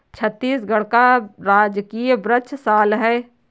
छत्तीसगढ़ का राजकीय वृक्ष साल है